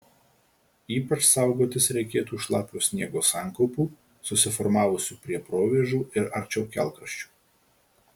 ypač saugotis reikėtų šlapio sniego sankaupų susiformavusių prie provėžų ir arčiau kelkraščių